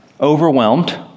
overwhelmed